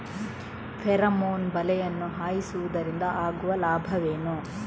Pheromone ಬಲೆಯನ್ನು ಹಾಯಿಸುವುದರಿಂದ ಆಗುವ ಲಾಭವೇನು?